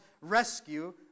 rescue